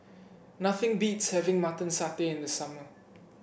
nothing beats having Mutton Satay in the summer